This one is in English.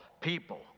people